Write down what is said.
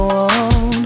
on